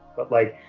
but like,